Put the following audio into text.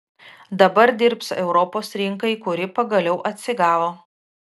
dabar dirbs europos rinkai kuri pagaliau atsigavo